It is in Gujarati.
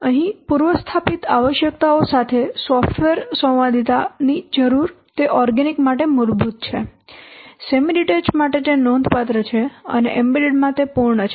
અહીં પૂર્વ સ્થાપિત આવશ્યકતાઓ સાથે સોફ્ટવેર સંવાદિતા ની જરૂર તે ઓર્ગેનિક માટે મૂળભૂત છે સેમી ડીટેચ્ડ માટે તે નોંધપાત્ર છે અને એમ્બેડેડ માં તે પૂર્ણ છે